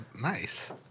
Nice